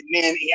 man